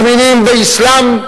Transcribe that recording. מאמינים באסלאם,